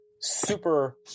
super